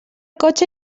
cotxe